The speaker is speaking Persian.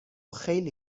خیلی